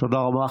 תודה רבה.